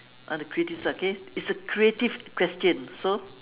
on the creative side okay it's a creative question so